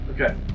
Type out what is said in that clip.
Okay